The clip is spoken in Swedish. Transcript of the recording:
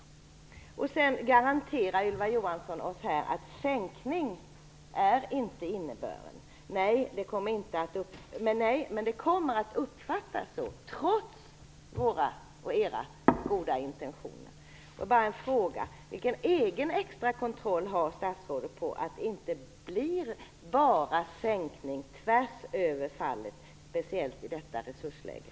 Ylva Johansson garanterar oss här att en sänkning inte är innebörden. Nej, men det kommer att uppfattas så, trots våra och era goda intentioner. Jag har bara en fråga: Vilken egen extra kontroll har statsrådet på att det inte blir bara en sänkning tvärs över, speciellt i detta resursläge?